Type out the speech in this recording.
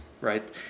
Right